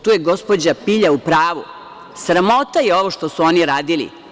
Tu je gospođa Pilja u pravu, sramota je ovo što su oni radili.